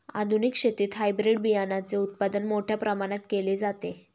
आधुनिक शेतीत हायब्रिड बियाणाचे उत्पादन मोठ्या प्रमाणात केले जाते